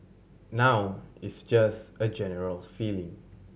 now it's just a general feeling